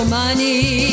money